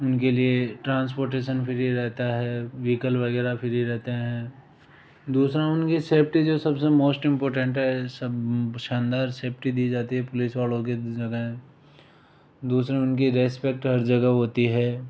उनके लिए transportation free रहता हैं व्हीकल वगैरह फ्री रहते हैं दूसरा उनकी सेफ्टी जो सबसे मोस्ट इंपॉर्टेंट हैं सब शानदार सेफ्टी दी जाती हैं पुलिस वालों की जगह दूसरा उनकी रेस्पेक्ट हर जगह होती हैं